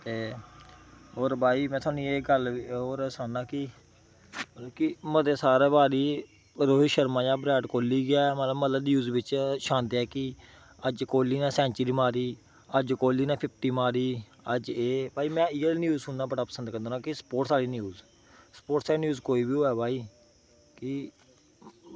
ते भई में थाह्नूं गल्ल होर सनाना की क्योंकि मते सारे बारी रोहित शर्मा जां विराट कोहली गै न्यूज़ बिच छाहंदे की अज्ज कोहली नै सैंचुरी मारी अज्ज फिफ्टी मारी ते अज्ज एह् भी में भई इयै न्यूज़ सुनना पसंद करना होना की स्पोर्टस आह्ली न्यूज़ स्पोर्यस आह्ली न्यूज़ कोई बी होवै भई